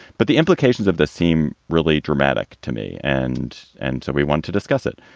but the implications of this seem really dramatic to me. and and so we want to discuss it.